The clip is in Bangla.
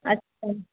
আচ্ছা